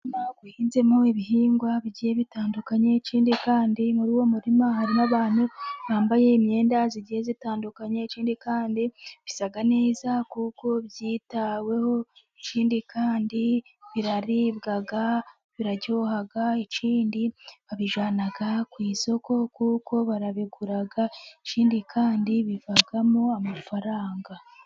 Umurima uhinzemo ibihingwa bigiye bitandukanye, n'ikindi kandi muri uwo murima harimo abantu bambaye imyenda igiye zitandukanye, ikindi kandi bisa neza kuko byitaweho ikindi kandi biraribwa biraryoha, ikindi babijyana ku isoko kuko barabigura ikindi kandi bivamo amafaranga.